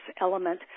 element